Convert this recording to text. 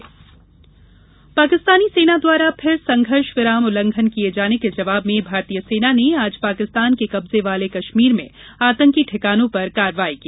आतंकी कार्यवाही पाकिस्तानी सेना द्वारा फिर संघर्ष विराम उल्लंघन किये जाने के जवाब में भारतीय सेना ने आज पाकिस्तान के कब्जे वाले कश्मीर में आतंकी ठिकानों पर कार्रवाई की